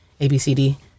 ABCD